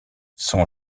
son